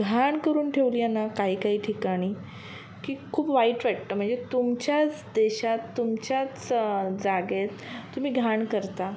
घाण करून ठेवली आहे ना काही काही ठिकाणी की खूप वाईट वाटतं म्हणजे तुमच्याच देशात तुमच्याच जागेत तुम्ही घाण करता